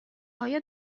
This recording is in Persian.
آیا